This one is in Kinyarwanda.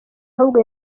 ahubwo